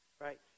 Right